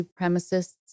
supremacists